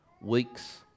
weeks